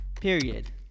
Period